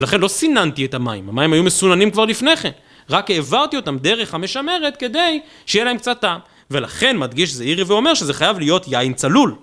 ולכן לא סיננתי את המים, המים היו מסוננים כבר לפני כן, רק העברתי אותם דרך המשמרת כדי שיהיה להם קצת טעם. ולכן מדגיש זעירי ואומר שזה חייב להיות יין צלול